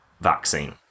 vaccine